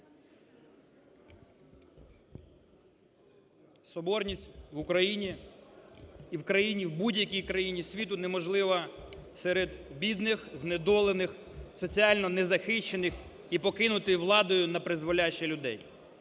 Соборність в Україні і в країні, в будь-якій країні світу, неможлива серед бідних, знедолених, соціально незахищених і покинутих владою напризволяще людей.